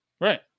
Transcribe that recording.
right